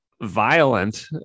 violent